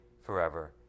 forever